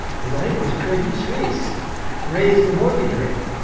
is i think it was credit suisse raised the mortgage rate,